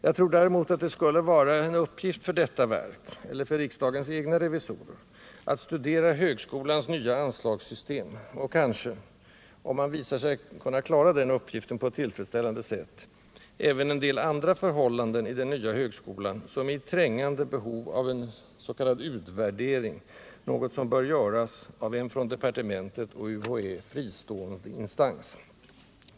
Jag tror däremot att det skulle vara en uppgift för detta verk, eller för riksdagens egna revisorer, att studera högskolans nya anslagssystem och kanske —- om man visar sig kunna klara den uppgiften på ett tillfredsställande sätt — även en del andra förhållanden i den nya högskolan, som är i trängande behov av en s.k. utvärdering. Denna utvärdering bör nämligen göras av en från departementet och UHÄ fristående instans.